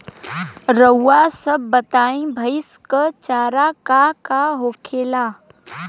रउआ सभ बताई भईस क चारा का का होखेला?